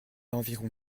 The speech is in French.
environ